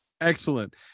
Excellent